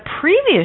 previous